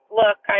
look